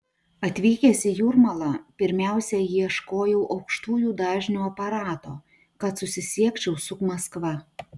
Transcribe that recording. atvykęs į jūrmalą pirmiausia ieškojau aukštųjų dažnių aparato kad susisiekčiau su maskva